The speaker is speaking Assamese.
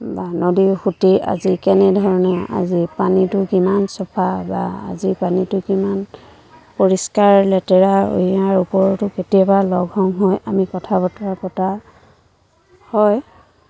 বা নদীৰ সুঁটি আজি কেনেধৰণে আজি পানীটো কিমান চাফা বা আজি পানীটো কিমান পৰিষ্কাৰ লেতেৰা ইয়াৰ ওপৰতো কেতিয়াবা লগ সংগ হৈ আমি কথা বতৰা পতা হয়